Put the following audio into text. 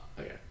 Okay